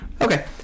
Okay